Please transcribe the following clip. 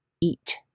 eat